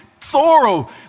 thorough